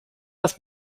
das